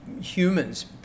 humans